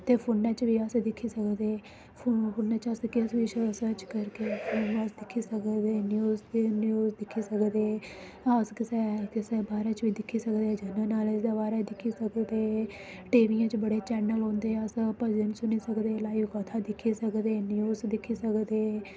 ते फूनै च बी अस दिक्खी सकदे फू फूनै च अस किश बी रिसर्च करगे फ्ही अस दिक्खी सकगे न्यूज़ न्यूज़ दिक्खी सकदे अस कुसै कुसै दे बारे च दिक्खी सकदे जरनल नालेज दे बारे च दिक्खी सकदे टीविेयें च बड़े चैनल होंदे अस भजन सुनी सकदे लाइव कथा दिक्खी सकदे न्यूज़ दिक्खी सकदे